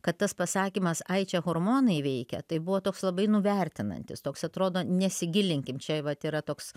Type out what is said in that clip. kad tas pasakymas ai čia hormonai veikia tai buvo toks labai nuvertinantis toks atrodo nesigilinkim čia vat yra toks